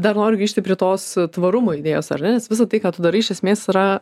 dar noriu grįžti prie tos tvarumo idėjos ar ne nes visa tai ką tu darai iš esmės yra